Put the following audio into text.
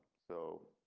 so.